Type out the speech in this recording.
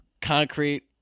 concrete